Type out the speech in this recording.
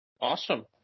Awesome